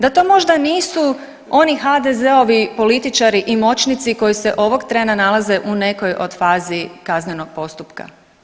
Da to možda nisu oni HDZ-ovi političari i moćnici koji se ovog trena nalaze u nekoj od fazi kaznenog postupka.